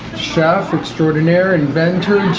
chef extraordinaire, inventor,